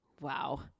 Wow